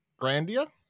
Grandia